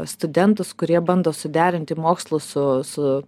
studentus kurie bando suderinti mokslus su su